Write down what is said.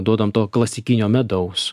duodam to klasikinio medaus